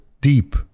deep